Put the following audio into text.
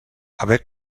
haver